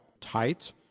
tight